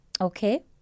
Okay